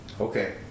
Okay